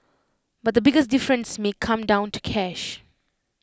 but the biggest difference may come down to cash